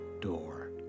door